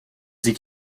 dit